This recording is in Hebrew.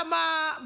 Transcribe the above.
למה,